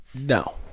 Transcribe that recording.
No